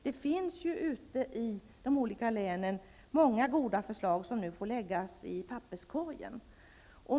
Det finns ute i de olika länen många goda förslag som nu får läggas i papperskorgen.